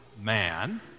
man